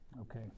Okay